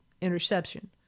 interception